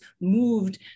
moved